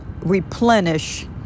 replenish